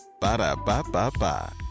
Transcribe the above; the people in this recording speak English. Ba-da-ba-ba-ba